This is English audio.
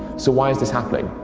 so why is this happening?